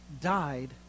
died